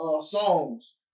songs